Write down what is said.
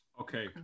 Okay